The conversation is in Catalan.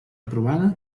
aprovada